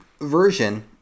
version